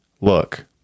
look